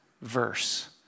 verse